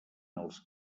als